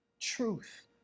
truth